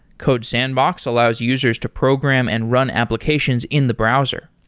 codesandbox allows users to program and run applications in the browser.